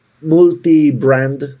multi-brand